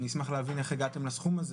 אני אשמח להבין איך הגעתם לסכום הזה